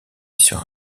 sur